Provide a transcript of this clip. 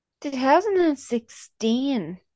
2016